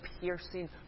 piercing